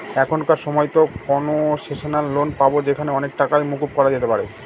এখনকার সময়তো concessional loan পাবো যেখানে অনেক টাকাই মকুব করা যেতে পারে